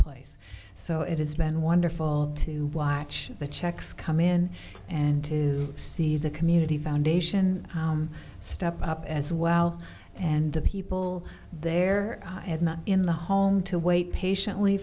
place so it has been wonderful to watch the checks come in and to see the community foundation step up as well and the people there and not in the home to wait patiently